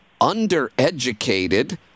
undereducated